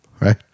right